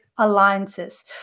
Alliances